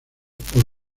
por